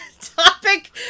topic